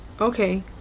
Okay